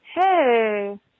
Hey